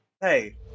Hey